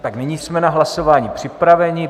Tak, nyní jsme na hlasování připraveni.